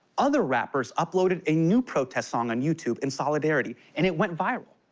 other rappers uploaded a new protest song on youtube in solidarity, and it went viral.